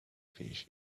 fish